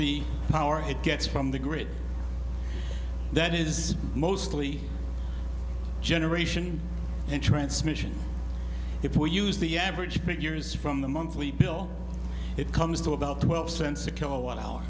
the power he gets from the grid that is mostly generation and transmission if we use the average big years from the monthly bill it comes to about twelve cents a kilowatt hour